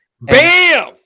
Bam